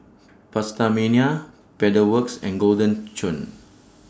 PastaMania Pedal Works and Golden Churn